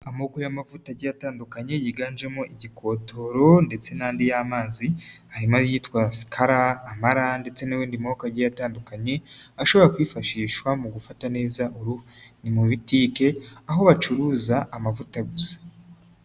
Amoko y'amavuta agiye atandukanye, yiganjemo igipotoro ndetse n'andi yamazi, harimo ayitwa sikara, amara ndetse n'andi moka atandukanye, ashobora kwifashishwa mu gufata neza uruhu, ni mubotike aho bacuruza amavuta gusa.